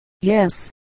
Yes